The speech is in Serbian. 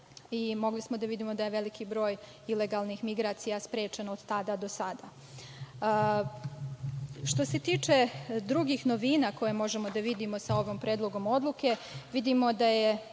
Mogli smo da vidimo da je veliki broj ilegalnih migracija sprečen od tada do sada. Što se tiče drugih novina koje možemo da vidimo sa ovim Predlogom odluke, vidimo da je